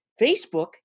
Facebook